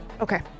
okay